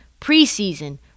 preseason